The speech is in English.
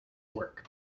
work